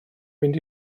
mynd